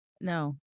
No